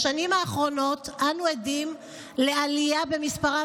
בשנים האחרונות אנו עדים לעלייה במספרם